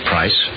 Price